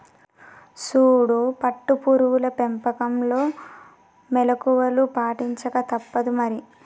సూడు పట్టు పురుగుల పెంపకంలో మెళుకువలు పాటించక తప్పుదు మరి